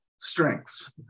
strengths